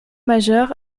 majeur